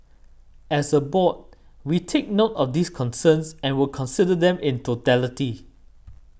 as a board we take note of these concerns and will consider them in totality